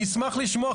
אני אשמח לשמוע,